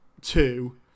Two